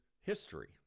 history